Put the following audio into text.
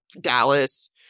Dallas